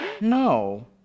No